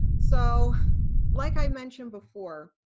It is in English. so like i mentioned before,